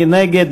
מי נגד?